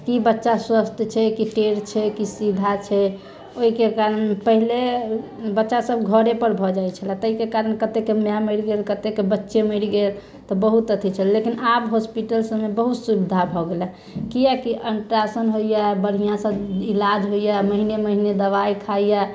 कि बच्चा स्वस्थ छै कि टेढ़ छै कि सीधा छै ओहि के कारण पहिले बच्चा सभ घरे पर भऽ जाइ छलै ताहि के कारण कते के माय मरि गेल कते के बच्चे मरि गेल तऽ बहुत अथि छलै लेकिन आब हॉस्पिटल सभमे बहुत सुबिधा भऽ गेलै कियाकि अल्टारासाउण्ड होइया बढ़िऑंसँ इलाज होइया महिने महिने दबाइ खाइया